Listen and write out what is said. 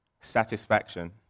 Satisfaction